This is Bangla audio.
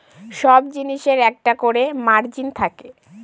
সব জিনিসের একটা করে মার্জিন থাকে